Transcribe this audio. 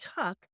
tuck